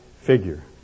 figure